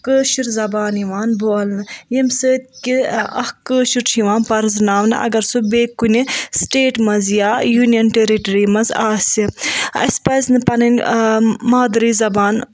کٲشِر زبان یوان بولنہٕ ییٚمہِ سۭتۍ کہِ اَکھ کٲشُر چھُ یوان پرزٕناونہٕ اگر سُہ بیٚیہِ کُنہِ سٹیٹ منٛز یا یونیَن ٹیرِٹری منٛز آسہِ اَسہِ پَزِ نہٕ پَنٕنۍ مادری زبان